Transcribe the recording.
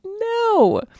No